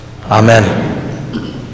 Amen